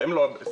שהם לא בסדר.